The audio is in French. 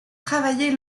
travailler